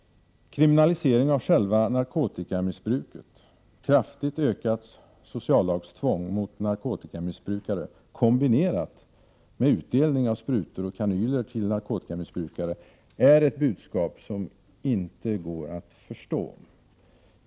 Kriminalisering av själva narkotikamissbruket, kraftigt ökat sociallagstvång mot narkotikamissbrukare, kombinerat med utdelning av sprutor och kanyler till narkotikamissbrukare, är ett budskap som inte går att förstå.